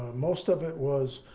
most of it was,